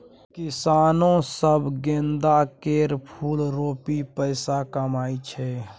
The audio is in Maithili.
किसानो सब गेंदा केर फुल रोपि पैसा कमाइ छै